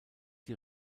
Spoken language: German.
die